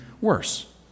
worse